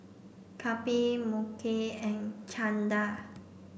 Kapil Mukesh and Chanda